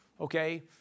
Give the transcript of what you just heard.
Okay